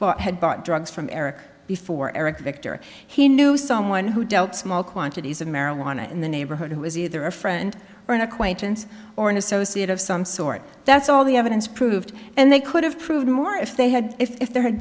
he had bought drugs from eric before eric victor he knew someone who dealt small quantities of marijuana in the neighborhood it was either a friend or an acquaintance or an associate of some sort that's all the evidence proved and they could have proved more if they had if there had